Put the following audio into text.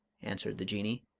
answered the jinnee,